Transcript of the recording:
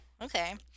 Okay